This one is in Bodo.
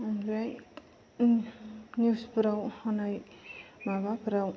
ओमफ्राय निउस फोराव होनाय माबाफोराव